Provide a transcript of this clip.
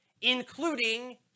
including